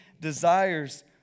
desires